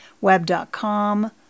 Web.com